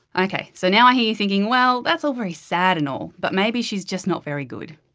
ok, so now i hear you thinking, well, that's all very sad and all, but maybe she's just not very good?